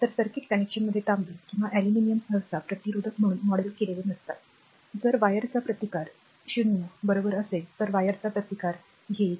तर सर्किट कनेक्शनमध्ये तांबे किंवा अॅल्युमिनियम सहसा प्रतिरोधक म्हणून मॉडेल केलेले नसतात जर वायरचा प्रतिकार 0 बरोबर असेल तर वायरचा प्रतिकार घेईल